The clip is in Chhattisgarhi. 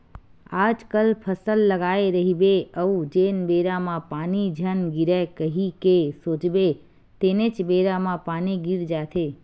आजकल फसल लगाए रहिबे अउ जेन बेरा म पानी झन गिरय कही के सोचबे तेनेच बेरा म पानी गिर जाथे